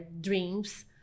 dreams